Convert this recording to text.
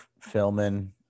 filming